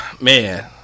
Man